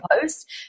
post